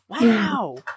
Wow